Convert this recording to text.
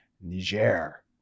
Niger